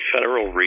Federal